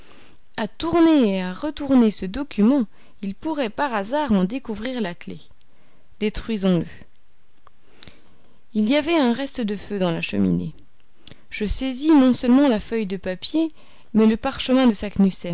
à retourner ce document il pourrait par hasard en découvrir la clef détruisons le il y avait un reste de feu dans la cheminée je saisis non seulement la feuille de papier mais le parchemin de